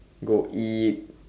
go eat